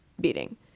beating